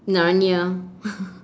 narnia